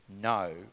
No